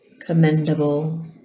commendable